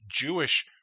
Jewish